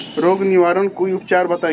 रोग निवारन कोई उपचार बताई?